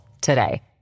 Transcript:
today